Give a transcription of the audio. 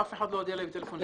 אף אחד לא הודיע לי בטלפון.